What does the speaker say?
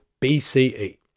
BCE